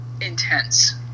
intense